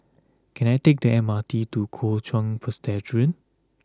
can I take the M R T to Kuo Chuan Presbyterian